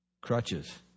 Crutches